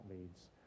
leads